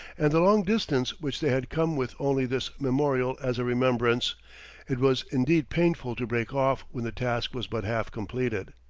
and the long distance which they had come with only this memorial as a remembrance it was indeed painful to break off when the task was but half completed.